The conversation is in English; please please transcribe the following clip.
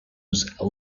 use